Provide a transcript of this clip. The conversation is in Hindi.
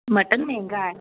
मटन महँगा है